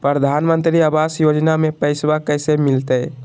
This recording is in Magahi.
प्रधानमंत्री आवास योजना में पैसबा कैसे मिलते?